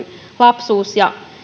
lapsuus ja